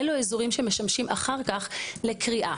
האזורים שמשמשים אחר כך לקריאה.